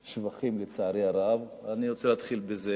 ולשבחים, לצערי הרב, ואני רוצה להתחיל בזה: